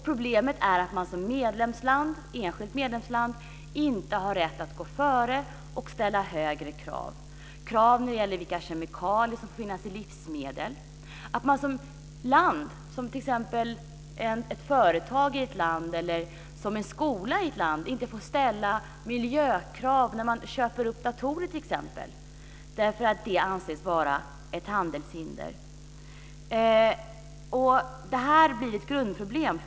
Problemet är att man som enskilt medlemsland inte har rätt att gå före och ställa högre krav när det gäller vilka kemikalier som får finnas i livsmedel. Ett företag eller en skola i ett land får inte ställa miljökrav när man köper upp t.ex. datorer. Det anses vara ett handelshinder. Det här blir ett grundproblem.